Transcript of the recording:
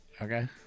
okay